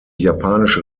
japanische